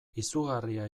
izugarria